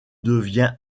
devient